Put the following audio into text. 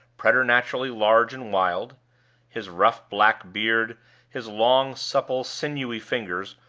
preternaturally large and wild his rough black beard his long, supple, sinewy fingers,